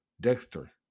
Dexter